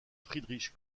friedrich